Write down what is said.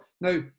Now